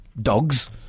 dogs